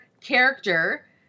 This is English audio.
character